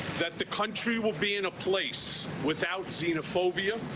that the country will be in a place without xenophobia,